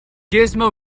gizmo